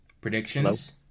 Predictions